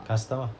custom ah